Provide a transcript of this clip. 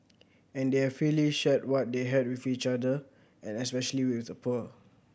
and they have freely shared what they had with each other and especially with the poor